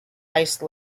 ice